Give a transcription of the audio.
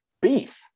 beef